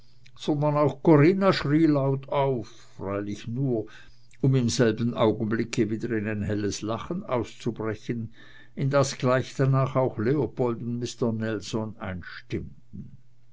sondern auch corinna schrie laut auf freilich nur um im selben augenblicke wieder in ein helles lachen auszubrechen in das gleich danach auch leopold und mister nelson